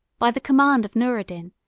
by the command of noureddin,